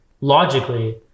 logically